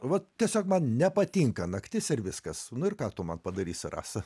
vat tiesiog man nepatinka naktis ir viskas nu ir ką tu man padarysi rasa